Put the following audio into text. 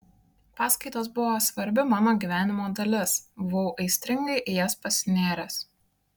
paskaitos buvo svarbi mano gyvenimo dalis buvau aistringai į jas pasinėręs